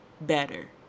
better